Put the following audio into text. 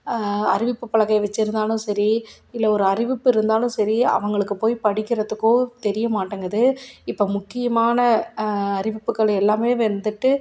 அறிவிப்புப்பலகை வச்சுருந்தாலும் சரி இல்லை ஒரு அறிவிப்பு இருந்தாலும் சரி அவங்களுக்கு போய் படிக்கிறதுக்கும் தெரியமாட்டேங்குது இப்போ முக்கியமான அறிவிப்புகள் எல்லாமே வந்துவிட்டு